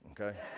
okay